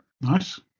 Nice